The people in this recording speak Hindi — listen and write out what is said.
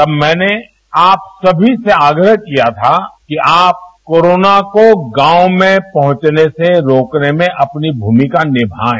तब मैंने आप सभी से आग्रह किया था कि आप कोरोना को गांव में पहुंचने से रोकने में अपनी भूमिका निभाएं